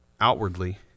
outwardly